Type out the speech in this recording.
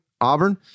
Auburn